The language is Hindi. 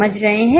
समझ रहे हैं